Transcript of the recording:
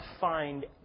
find